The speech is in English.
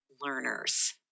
learners